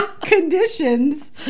Conditions